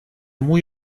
muy